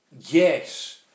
Yes